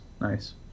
nice